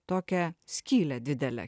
tokią skylę didelę